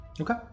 Okay